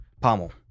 Pommel